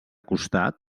costat